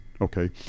okay